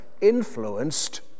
influenced